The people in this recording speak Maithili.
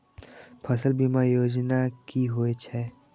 फसल बीमा योजना कि होए छै?